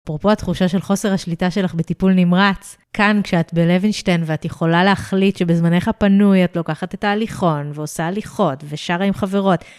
אפרופו התחושה של חוסר השליטה שלך בטיפול נמרץ, כאן כשאת בלוינשטיין ואת יכולה להחליט שבזמנך הפנוי את לוקחת את ההליכון, ועושה הליכות, ושרה עם חברות.